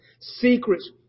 secrets